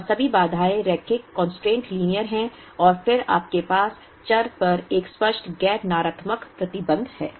और सभी बाधाएं रैखिक कंस्ट्रेंट लीनियर हैं और फिर आपके पास चर पर एक स्पष्ट गैर नकारात्मकता प्रतिबंध है